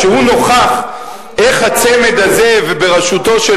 כשהוא נוכח איך הצמד הזה בראשותו של